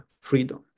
freedom